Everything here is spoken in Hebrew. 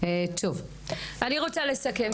אני רוצה לסכם.